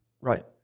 Right